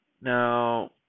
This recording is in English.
Now